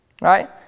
right